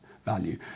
Value